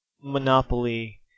Monopoly